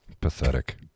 Pathetic